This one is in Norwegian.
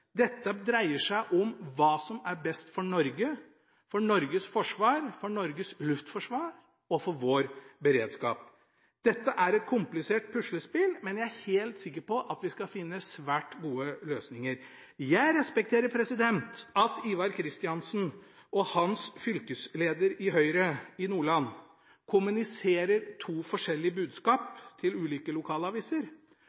Dette dreier som hva som er best for Norge, for Norges forsvar, for Norges luftforsvar og for vår beredskap. Dette er et komplisert puslespill, men jeg er helt sikker på at vi skal finne svært gode løsninger. Jeg respekterer at Ivar Kristiansen og hans fylkesleder i Høyre i Nordland kommuniserer to forskjellige budskap